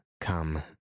come